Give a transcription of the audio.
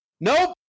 Nope